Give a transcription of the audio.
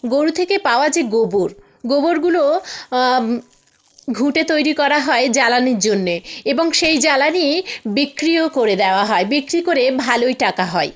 গরু থেকে পাওয়া যে গোবর গোবরগুলো ঘুঁটে তৈরি করা হয় জ্বালানির জন্যে এবং সেই জ্বালানি বিক্রিও করে দেওয়া হয় বিক্রি করে ভালোই টাকা হয়